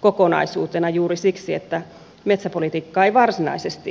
kokonaisuutena juuri siksi että metsäpolitiikkaa ei varsinaisesti eu tasolla tehdä